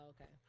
okay